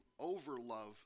overlove